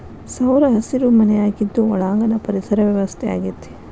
ಸೌರಹಸಿರು ಮನೆ ಆಗಿದ್ದು ಒಳಾಂಗಣ ಪರಿಸರ ವ್ಯವಸ್ಥೆ ಆಗೆತಿ